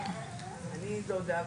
אני דודה,